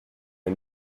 les